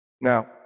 Now